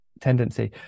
tendency